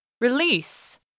Release